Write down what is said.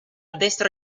destra